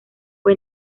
fue